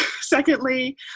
secondly